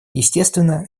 естественно